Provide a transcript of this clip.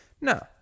No